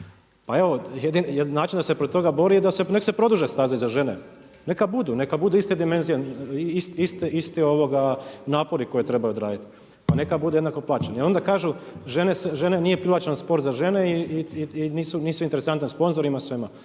Pa evo jedini način da se protiv toga bori neka se produže staze za žene, neka budu, neka budu iste dimenzije, isti napori koje treba odraditi pa neka budu jednako plaćeni. I onda kažu žene, nije privlačan sport za žene i nisu interesantne sponzorima, svima.